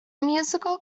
musical